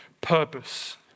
purpose